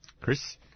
Chris